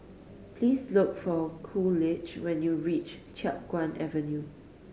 please look for Coolidge when you reach Chiap Guan Avenue